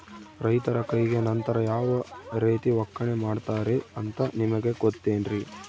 ರೈತರ ಕೈಗೆ ನಂತರ ಯಾವ ರೇತಿ ಒಕ್ಕಣೆ ಮಾಡ್ತಾರೆ ಅಂತ ನಿಮಗೆ ಗೊತ್ತೇನ್ರಿ?